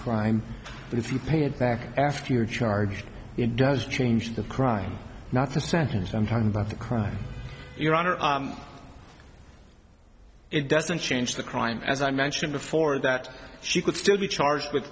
crime but if you pay it back after you're charged it does change the crime not the sentence i'm talking about the crime your honor it doesn't change the crime as i mentioned before that she could still be charged with